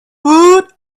woot